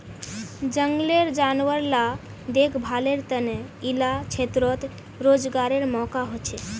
जनगलेर जानवर ला देख्भालेर तने इला क्षेत्रोत रोज्गारेर मौक़ा होछे